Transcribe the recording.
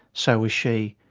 so was she,